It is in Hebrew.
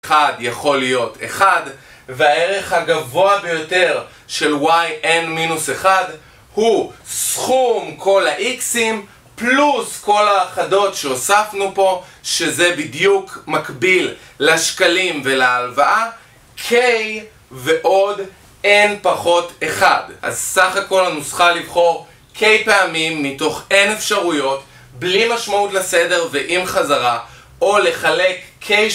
1 יכול להיות 1, והערך הגבוה ביותר של yn-1 הוא סכום כל האיקסים פלוס כל האחדות שהוספנו פה, שזה בדיוק מקביל לשקלים ולהלוואה, k ועוד n-1 אז סך הכל הנוסחה לבחור k פעמים מתוך n אפשרויות, בלי משמעות לסדר ועם חזרה, או לחלק k